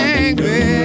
angry